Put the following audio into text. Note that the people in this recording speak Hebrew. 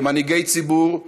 כמנהיגי ציבור,